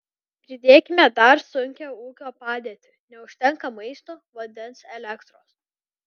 pridėkime dar sunkią ūkio padėtį neužtenka maisto vandens elektros